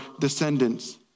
descendants